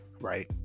right